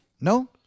no